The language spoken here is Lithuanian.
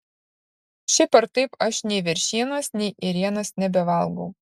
šiaip ar taip aš nei veršienos nei ėrienos nebevalgau